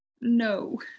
no